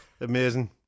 Amazing